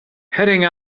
heading